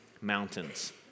mountains